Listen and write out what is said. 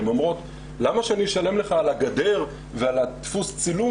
הן אומרות למה שאני אשלם לך על הגדר ועל דפוס צילום